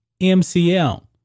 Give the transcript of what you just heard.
MCL